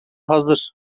hazır